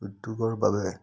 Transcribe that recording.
উদ্যোগৰ বাবে